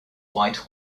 white